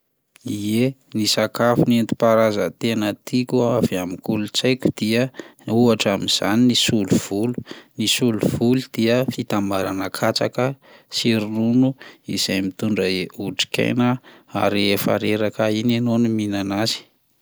Ie, ny sakafo nentim-paharaza tena tiako avy amin'ny kolontsaiko dia ohatra amin'izany ny solovolo, ny solovolo dia fitambarana katsaka sy ronono izay mitondra he- otrikaina a- rehefa reraka iny ianao no mihinana azy.